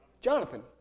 Jonathan